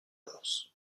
mons